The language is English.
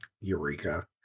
Eureka